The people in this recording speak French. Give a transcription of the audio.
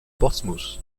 portsmouth